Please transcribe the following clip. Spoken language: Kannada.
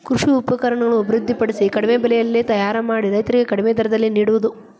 ಕೃಷಿ ಉಪಕರಣಗಳನ್ನು ಅಭಿವೃದ್ಧಿ ಪಡಿಸಿ ಕಡಿಮೆ ಬೆಲೆಯಲ್ಲಿ ತಯಾರ ಮಾಡಿ ರೈತರಿಗೆ ಕಡಿಮೆ ದರದಲ್ಲಿ ನಿಡುವುದು